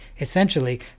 Essentially